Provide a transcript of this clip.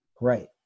right